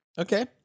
okay